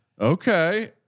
Okay